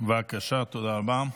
תודה רבה.